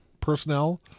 personnel